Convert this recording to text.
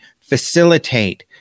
facilitate